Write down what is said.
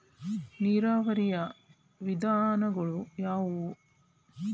ನೀರಾವರಿಯ ವಿಧಾನಗಳು ಯಾವುವು?